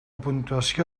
puntuació